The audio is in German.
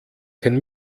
kein